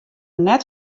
net